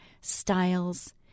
styles